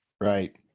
right